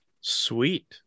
sweet